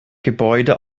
gebäude